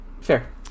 fair